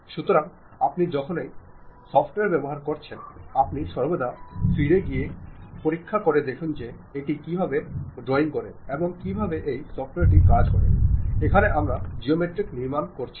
সুতরাং আপনি যখনই সফ্টওয়্যার ব্যবহার করছেন আপনি সর্বদা ফিরে গিয়ে পরীক্ষা করে দেখুন যে এটি কীভাবে ড্রয়িং করে এবং কীভাবে এই সফ্টওয়্যারটি কাজ করে এখানে আমরা জিওমেট্রিক নির্মাণ করেছি